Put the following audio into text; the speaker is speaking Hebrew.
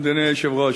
אדוני היושב-ראש,